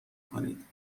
کنید